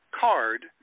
card